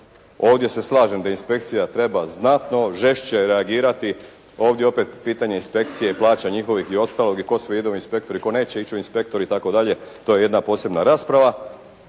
Ovdje se slažem da inspekcija treba znatno žešće reagirati. Ovdje je opet pitanje inspekcije, plaća njihovih i ostalog i tko sve ide u inspektore i tko neće ići u inspektore i tako dalje. To je jedna posebna rasprava.